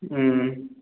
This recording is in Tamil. ம்